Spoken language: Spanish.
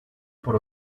por